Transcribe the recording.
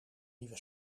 nieuwe